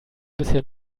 bisher